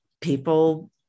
people